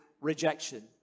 rejection